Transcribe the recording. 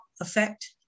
effect